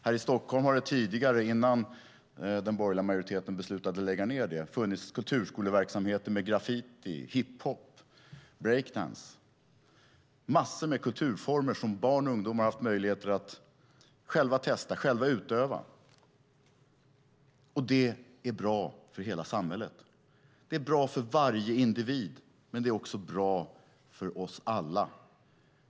Här i Stockholm har det tidigare, innan den borgerliga majoriteten beslutade att lägga ned det, funnits kulturskoleverksamhet med graffiti, hiphop och breakdance - massor av kulturformer som barn och ungdomar har haft möjlighet att själva utöva. Det är bra för hela samhället. Det är bra för varje individ, men det är också bra för oss alla.